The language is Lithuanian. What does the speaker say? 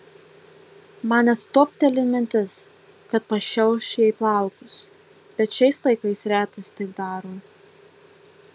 man net topteli mintis kad pašiauš jai plaukus bet šiais laikais retas taip daro